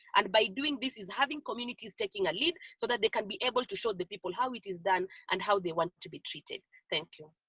and by doing this is having communities taking a lead so that they can be able to show the people how it is done and how they want to be treated. thank you.